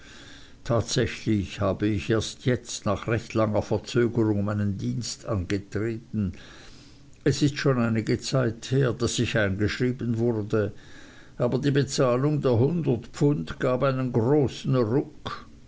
tatsächlich habe ich erst jetzt nach recht langer verzögerung meinen dienst angetreten es ist schon einige zeit her daß ich eingeschrieben wurde aber die bezahlung der hundert pfund gab einen großen ruck